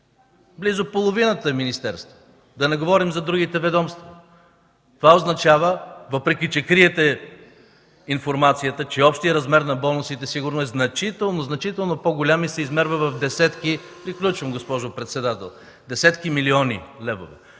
Близо половината министерство, да не говорим за другите ведомства. Това означава – въпреки че криете информацията, че общият размер на бонусите сигурно е значително по-голям и се измерва в десетки милиони левове.